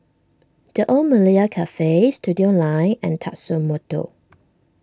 the Old Malaya Cafe Studioline and Tatsumoto